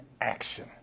action